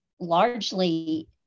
largely